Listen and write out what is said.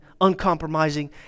uncompromising